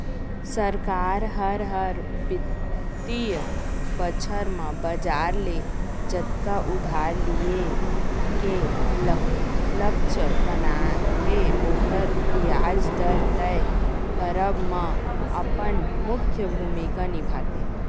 सरकार हर, हर बित्तीय बछर म बजार ले जतका उधार लिये के लक्छ बनाथे ओकर बियाज दर तय करब म अपन मुख्य भूमिका निभाथे